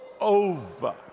over